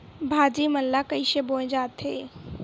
भाजी मन ला कइसे बोए जाथे?